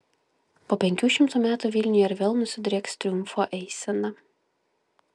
po penkių šimtų metų vilniuje ir vėl nusidrieks triumfo eisena